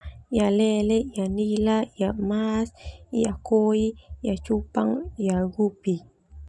I'a lele, i'a nila, i'a mas, i'a koi, i'a cupang, i'a gupi.